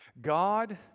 God